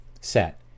set